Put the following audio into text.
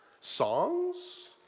Songs